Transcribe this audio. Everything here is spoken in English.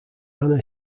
anna